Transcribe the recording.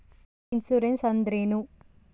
Insurance ಅಂದ್ರೇನು?